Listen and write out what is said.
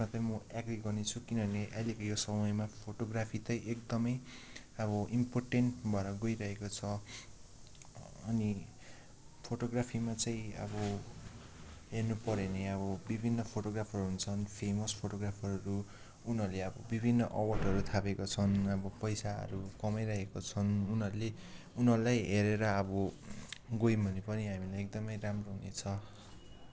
चाहिँ म एग्री गर्नेछु किनभने अहिलेको यो समयमा फोटोग्राफी चाहिँ एकदमै अब इम्पोर्टेन्ट भएर गइरहेको छ अनि फोटोग्राफीमा चाहिँ अब हेर्नु पऱ्यो भने अब विभिन्न फोटोग्राफर हुन्छन् फेमस फोटोग्राफरहरू उनीहरूले अब विभिन्न अवार्डहरू थापेका छन् अब पैसाहरू कमाइरहेका छन् उनीहरूले उनीहरूलाई हेरेर अब गयौँ भने पनि हामीलाई एकदमै राम्रो हुनेछ